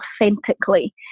authentically